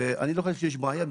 אני לא יודע שיש בעיה.